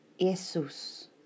Jesus